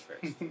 first